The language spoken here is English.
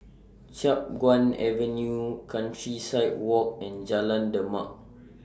Chiap Guan Avenue Countryside Walk and Jalan Demak